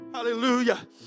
Hallelujah